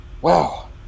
Wow